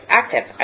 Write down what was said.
active